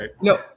No